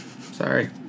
Sorry